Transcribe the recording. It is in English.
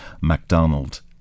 MacDonald